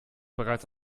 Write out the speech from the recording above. bereits